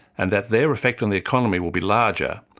and that their effect on the economy will be larger,